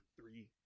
three